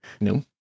No